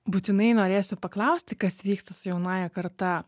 būtinai norėsiu paklausti kas vyksta su jaunąja karta